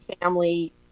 Family